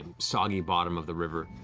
soggy bottom of the river.